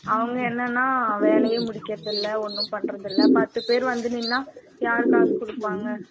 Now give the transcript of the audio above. அவங்க என்னென்னா வேலையே முடிக்கிறதில்லை ஒன்றும் பண்ணுறதில்ல பத்து பேர் வந்து நின்றா யார் காசு கொடுப்பாங்க